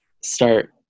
start